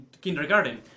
kindergarten